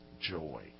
joy